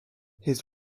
his